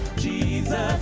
jesus,